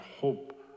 hope